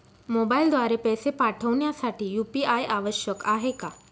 मोबाईलद्वारे पैसे पाठवण्यासाठी यू.पी.आय आवश्यक आहे का?